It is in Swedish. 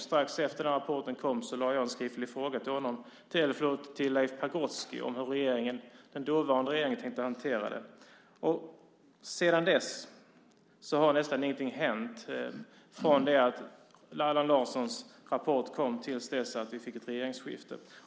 Strax efter att den rapporten kom inkom jag med en skriftlig fråga till Leif Pagrotsky om hur den dåvarande regeringen tänkte hantera det. Sedan dess har nästan ingenting hänt, från det att Allan Larssons rapport kom till dess att vi fick ett regeringsskifte.